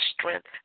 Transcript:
strength